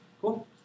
cool